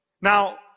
Now